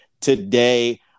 today